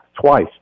twice